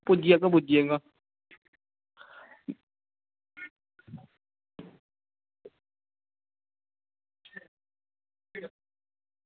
पुज्जी जाह्गा पुज्जी जाह्गा